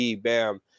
bam